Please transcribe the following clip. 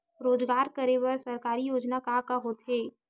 रोजगार करे बर सरकारी योजना का का होथे?